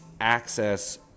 access